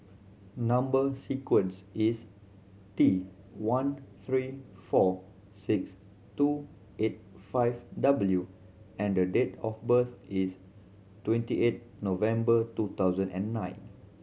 number sequence is T one three four six two eight five W and date of birth is twenty eight November two thousand and nine